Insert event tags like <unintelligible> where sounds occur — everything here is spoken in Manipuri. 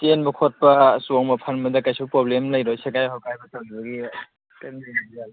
ꯆꯦꯟꯕ ꯈꯣꯠꯄ ꯆꯣꯡꯕ ꯐꯟꯕꯗ ꯀꯩꯁꯨ ꯄ꯭ꯔꯣꯕ꯭ꯂꯦꯝ ꯂꯩꯔꯣꯏ ꯁꯦꯒꯥꯏ ꯈꯣꯀꯥꯏꯕ <unintelligible>